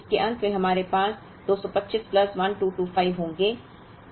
इसलिए इसके अंत में हमारे पास 225 प्लस 1225 होंगे